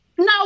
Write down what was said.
No